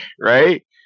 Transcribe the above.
Right